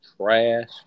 trash